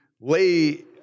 lay